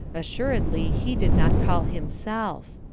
assuredly he did not call himself.